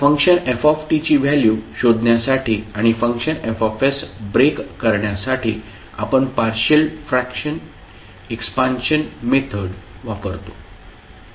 function F ची value शोधण्यासाठी आणि फंक्शन F ब्रेक करण्यासाठी आपण पार्शियल फ्रॅक्शन एक्सपान्शन मेथड वापरतो